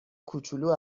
کوچولو